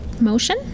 motion